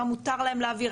מה מותר להם לעביר,